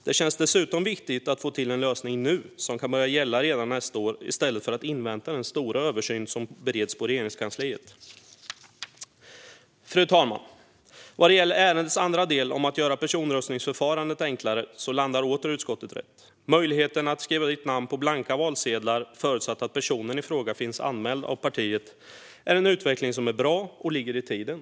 Det känns dessutom viktigt att få till en lösning nu, som kan börja gälla redan nästa år, i stället för att invänta den stora översyn som bereds i Regeringskansliet. Fru talman! Vad det gäller ärendets andra del om att göra personröstningsförfarandet enklare landar utskottet åter rätt. Möjligheten att skriva namn på blanka valsedlar, förutsatt att personen i fråga finns anmäld av partiet, är en utveckling som är bra och ligger i tiden.